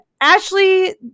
Ashley